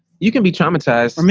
you can be traumatized. i mean